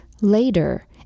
Later